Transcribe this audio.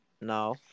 No